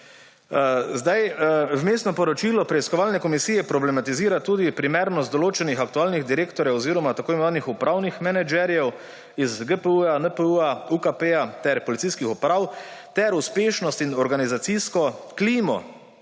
vrsti. Vmesno poročilo preiskovalne komisije problematizira tudi primernost določenih aktualnih direktorjev oziroma tako imenovanih upravnih menedžerjev iz GPU, NPU, UKP ter policijskih uprav ter uspešnost in organizacijsko klimo